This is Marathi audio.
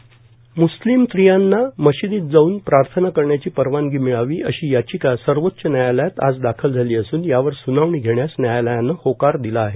म्रस्लिम स्त्रियांना स्त्रियांना मशिदीत जाऊन प्रार्थना करण्याची परवानगी मिळावी अशी याचिका सर्वोच्व न्यायालयात आज दाखल झाली असून यावर सुनावणी घेण्यास न्यायालयानं होणार दिला आहे